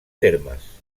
termes